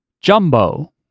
Jumbo